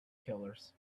killers